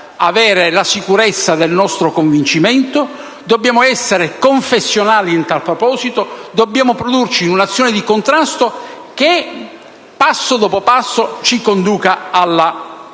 dobbiamo essere confessionali a tal proposito e dobbiamo produrci in un'azione di contrasto che, passo dopo passo, ci conduca all'unione